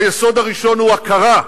היסוד הראשון הוא הכרה,